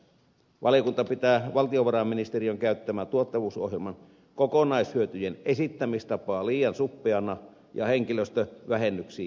valiokunta pitää valtiovarainministeriön käyttämää tuottavuusohjelman kokonaishyötyjen esittämistapaa liian suppeana ja henkilöstövähennyksiin keskittyvänä